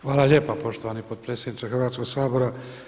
Hvala lijepa poštovani potpredsjedniče Hrvatskoga sabora.